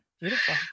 Beautiful